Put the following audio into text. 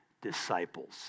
disciples